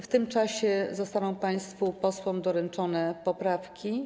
W tym czasie zostaną państwu posłom doręczone poprawki.